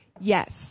yes